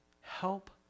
help